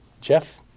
Jeff